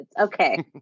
Okay